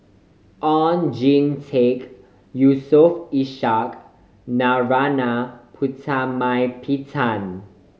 Oon Jin Teik Yusof Ishak Narana Putumaippittan